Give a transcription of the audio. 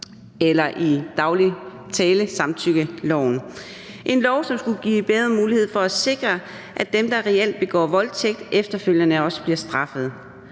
eller i daglig tale samtykkeloven. Det er en lov, som skulle give bedre mulighed for at sikre, at dem, der reelt begår voldtægt, efterfølgende også bliver straffet.